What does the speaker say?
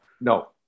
No